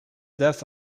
death